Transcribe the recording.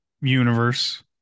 universe